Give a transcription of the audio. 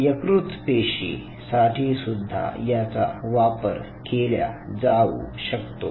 यकृत पेशी साठी सुद्धा याचा वापर केला जाऊ शकतो